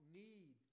need